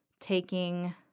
taking